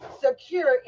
secure